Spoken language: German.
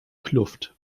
kluft